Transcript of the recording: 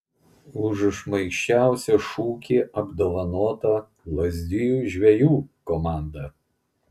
už šmaikščiausią šūkį apdovanota lazdijų žvejų komanda